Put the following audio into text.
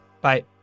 Bye